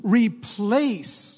replace